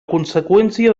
conseqüència